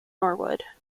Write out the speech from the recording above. norwood